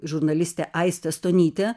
žurnalistė aistė stonytė